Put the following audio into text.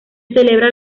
celebra